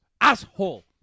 Asshole